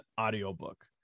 audiobook